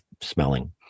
smelling